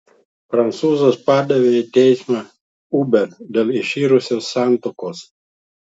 prancūzas padavė į teismą uber dėl iširusios santuokos